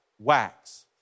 wax